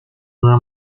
una